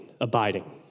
abiding